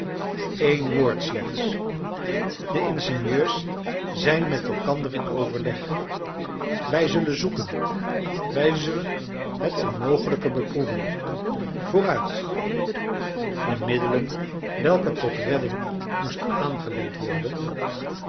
één woord slechts de ingenieurs zijn met elkander in overleg wij zullen zoeken wij zullen het onmogelijke beproeven vooruit de middelen welke tot redding moesten aangewend worden